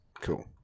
Cool